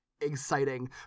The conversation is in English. exciting